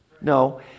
No